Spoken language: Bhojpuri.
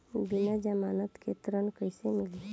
बिना जमानत के ऋण कैसे मिली?